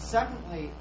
Secondly